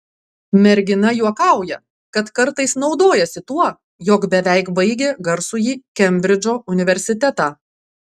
mergina juokauja kad kartais naudojasi tuo jog beveik baigė garsųjį kembridžo universitetą